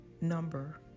number